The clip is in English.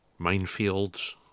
minefields